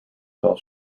fell